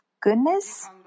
goodness